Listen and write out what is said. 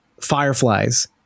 fireflies